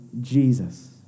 Jesus